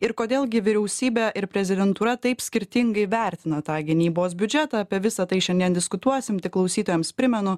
ir kodėl gi vyriausybė ir prezidentūra taip skirtingai vertina tą gynybos biudžetą apie visa tai šiandien diskutuosim tik klausytojams primenu